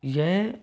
यह